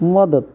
मदत